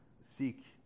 seek